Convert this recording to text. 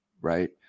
right